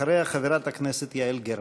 אחריה, חברת הכנסת יעל גרמן.